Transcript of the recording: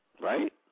Right